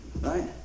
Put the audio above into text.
Right